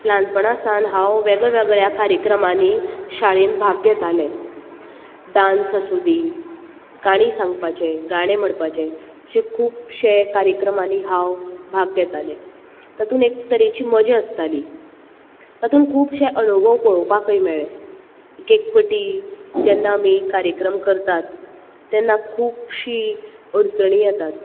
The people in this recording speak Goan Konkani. ल्हानपणांसान हांव वेगळ्या वेगळ्या कार्यक्रमांनी शाळेंत भाग घेतालें डान्स आसूंदी काणी सांगपाचें गाणे म्हणपाचे अशें खुबशे कार्यक्रमांनी हांव भाग घेताले तातूंत एक तरेची मजा आसताली तातून खुबशे अनूभव पळोवपाकूंय मेळ्ळे एक एकपटी जेन्ना आमी कार्यक्रम करतात तेन्ना खूबशीं अडचणी येतात